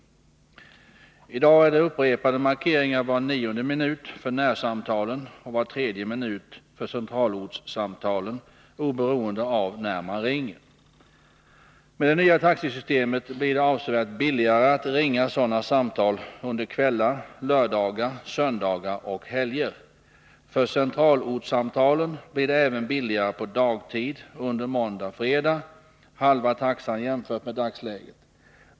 I dag är det upprepade markeringar var nionde minut för närsamtalen och var tredje minut för centralortssamtalen oberoende av när man ringer. Med det nya taxesystemet blir det avsevärt billigare att ringa sådana samtal under kvällar, lördagar, söndagar och helger. För centralortssamtalen blir det även billigare på dagtid under måndag-fredag, halva taxan jämfört med dagsläget.